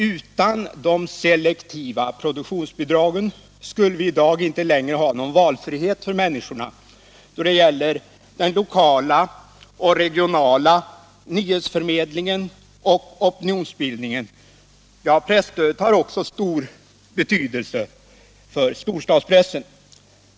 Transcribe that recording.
Utan de selektiva produktionsbidragen skulle vi i dag inte längre ha någon valfrihet för människorna när det gäller den lokala och regionala nyhetsförmedlingen och opinionsbildningen, ja, presstödet har också stor betydelse för storstadspressen.